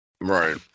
Right